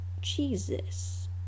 jesus